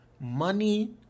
money